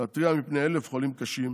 להתריע מפני כ-1,000 חולים קשים,